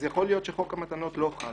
אז יכול להיות שחוק המתנות לא חל